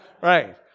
Right